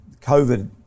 covid